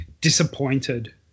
disappointed